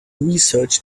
research